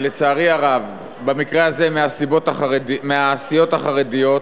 לצערי הרב במקרה הזה מהסיעות החרדיות,